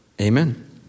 amen